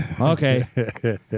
Okay